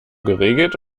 geregelt